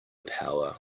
power